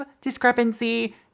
discrepancy